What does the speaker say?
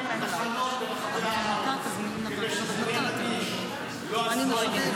משרד האנרגיה התחייב ל-4,000 תחנות ברחבי הארץ --- לא עשו את זה